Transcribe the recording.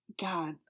god